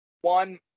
One